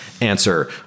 answer